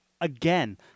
again